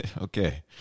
Okay